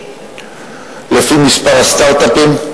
לפי מספר הסטארט-אפים,